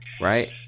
right